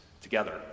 together